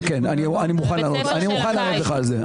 אני מוכן לענות על זה.